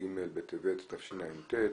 כ"ג בטבת התשע"ט,